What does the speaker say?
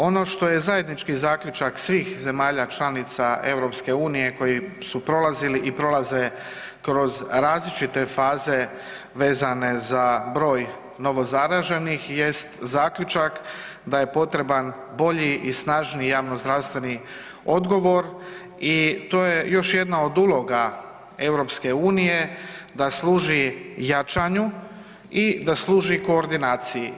Ono što je zajednički zaključak svih zemalja članica EU koji su prolazili i prolaze kroz različite faze vezane za broj novozaraženih jest zaključak da je potreban bolji i snažniji javnozdravstveni odgovor i to je još jedna od uloga EU da služi jačanju i da služi koordinaciji.